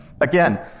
Again